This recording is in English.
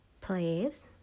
please